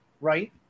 right